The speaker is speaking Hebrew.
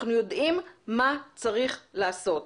אנחנו יודעים מה צריך לעשות.